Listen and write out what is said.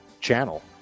channel